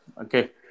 Okay